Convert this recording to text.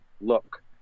look